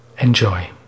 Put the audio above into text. Enjoy